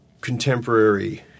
contemporary